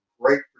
great